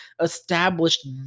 established